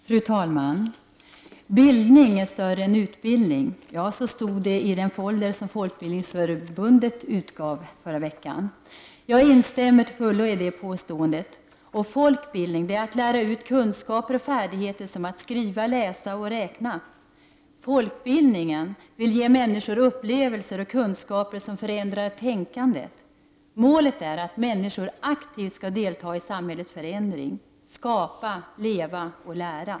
Fru talman! Bildning är större än utbildning, så stod det i den folder som Folkbildningsförbundet utgav förra véckan. Jag instämmer till fullo i det påståendet. Folk-bildning är att lära ut kunskaper och färdigheter, som att skriva, läsa och räkna. Folk-bildning vill ge människor upplevelser och kunskaper som förändrar tänkandet. Målet är att människor aktivt skall delta i samhällsförändringen; skapa, leva och lära.